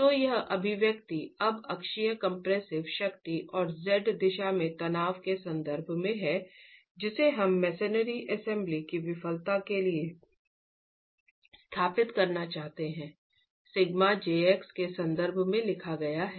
तो यह अभिव्यक्ति अब अक्षीय कंप्रेसिव शक्ति और Z दिशा में तनाव के संदर्भ में है जिसे हम मसनरी असेंबली की विफलता के लिए स्थापित करना चाहते हैं σ jx के संदर्भ में लिखा गया है